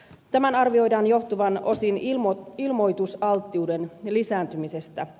tämän arvioidaan johtuvan osin ilmoitusalttiuden lisääntymisestä